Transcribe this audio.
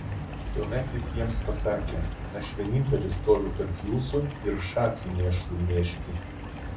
tuomet jis jiems pasakė aš vienintelis stoviu tarp jūsų ir šakių mėšlui mėžti